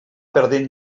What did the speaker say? perdent